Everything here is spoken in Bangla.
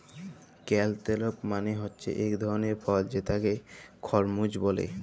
ক্যালটালপ মালে হছে ইক ধরলের ফল যেটাকে খরমুজ ব্যলে